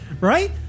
Right